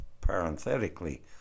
parenthetically